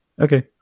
Okay